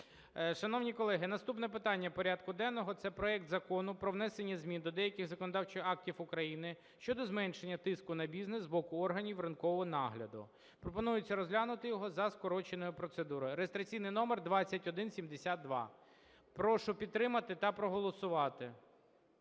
Шановні колеги, наступне питання порядку денного – це проект Закону про внесення змін до деяких законодавчих актів України щодо зменшення тиску на бізнес з боку органів ринкового нагляду. Пропонується розглянути його за скороченою процедурою (реєстраційний номер 2172). Прошу підтримати та проголосувати.